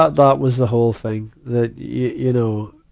ah that was the whole thing. that, you know,